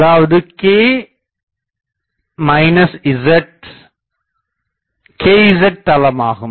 அதாவது x z தளமாகும்